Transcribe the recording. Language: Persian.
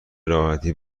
راحتی